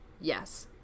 Yes